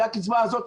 הקצבה הזאת,